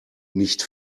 nicht